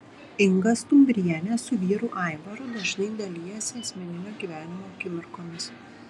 inga stumbrienė su vyru aivaru dažnai dalijasi asmeninio gyvenimo akimirkomis